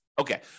Okay